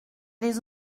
les